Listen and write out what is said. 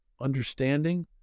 understanding